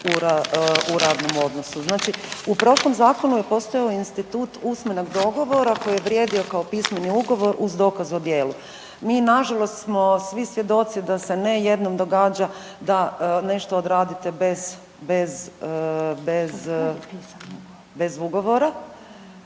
u prošlom zakonu je postojao institut usmenog dogovora koji je vrijedio kao pismeni ugovor uz dokaz o djelu. Mi nažalost smo svi svjedoci da se ne jednom događa da nešto odradite bez,